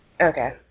Okay